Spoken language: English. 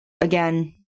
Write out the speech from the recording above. again